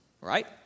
Right